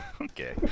Okay